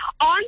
On